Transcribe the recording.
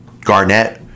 Garnett